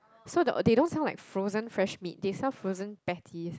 so the they don't sell like frozen fresh meats they sell frozen peptics